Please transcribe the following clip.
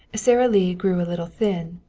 sara lee grew a little thin,